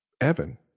Evan